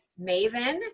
Maven